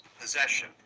possession